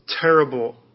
terrible